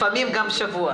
לפעמים גם שבוע.